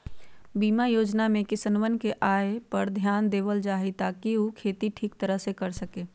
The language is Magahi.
बीमा योजना में किसनवन के आय पर ध्यान देवल जाहई ताकि ऊ खेती ठीक तरह से कर सके